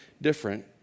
different